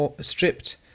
stripped